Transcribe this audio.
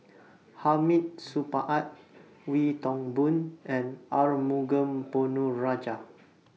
Hamid Supaat Wee Toon Boon and Arumugam Ponnu Rajah